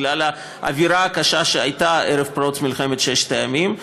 בגלל האווירה הקשה שהייתה ערב פרוץ מלחמת ששת הימים.